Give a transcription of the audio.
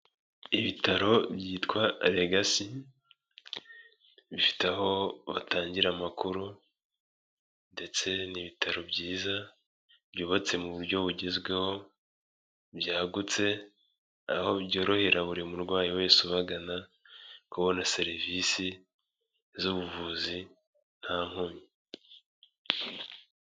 Ibitaro byitwa Legacy, bifite aho batangira amakuru ndetse ni ibitaro byiza, byubatse mu buryo bugezweho, byagutse, aho byorohera buri murwayi wese uhagana kubona serivisi z'ubuvuzi nta nkomyi.